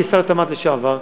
כשר התמ"ת לשעבר,